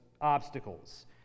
obstacles